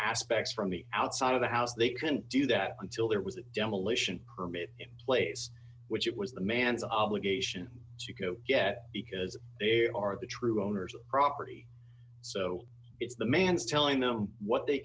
aspects from the outside of the house they can do that until there was a demolition permit in place which it was the man's obligation to go yet because they are the true owners of property so it's the man's telling them what they